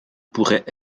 pourrait